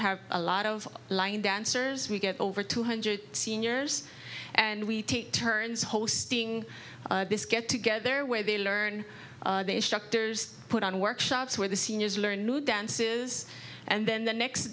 have a lot of line dancers we get over two hundred seniors and we take turns hosting this get together where they learn they struck there's put on workshops where the seniors learn new dances and then the next